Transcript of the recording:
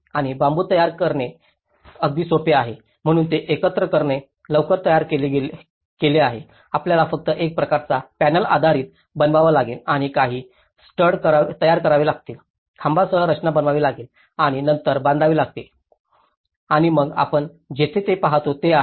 आणि बांबू तयार करणे अगदी सोपे आहे म्हणून ते एकत्र करणे लवकर तयार केले आहे आपल्याला फक्त एक प्रकारचा पॅनेल आधारित बनवावा लागेल आणि काही स्टड तयार करावे लागतील खांबासह रचना बनवावी लागेल आणि नंतर बांधावे लागेल आणि मग आपण येथे जे पाहता ते हे आहे